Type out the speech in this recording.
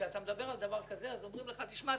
כשאתה מדבר על דבר כזה אז אומרים לך: תשמע,